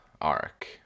arc